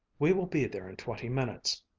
we will be there in twenty minutes.